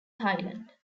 thailand